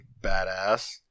badass